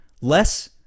less